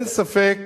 אין ספק